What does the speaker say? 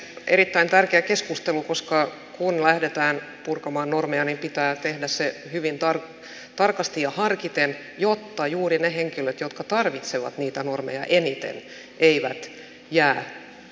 tämä on erittäin tärkeä keskustelu koska kun lähdetään purkamaan normeja niin pitää tehdä se hyvin tarkasti ja harkiten jotta juuri ne henkilöt jotka tarvitsevat niitä normeja eniten eivät jää pulaan